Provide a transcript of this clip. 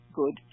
good